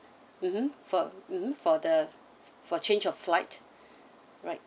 mmhmm for mmhmm for the for change of flight right